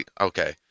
okay